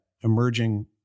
emerging